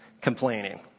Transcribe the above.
complaining